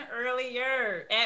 earlier